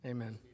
Amen